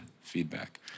feedback